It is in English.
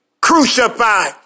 crucified